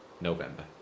November